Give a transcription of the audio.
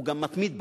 הוא גם מתמיד בה,